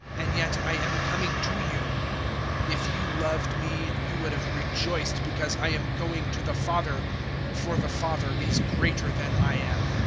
and yet i am coming to you if you loved me, you would have rejoiced because i am going to the father for the father is greater than i am.